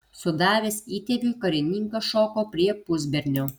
sudavęs įtėviui karininkas šoko prie pusbernio